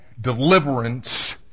deliverance